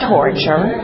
Torture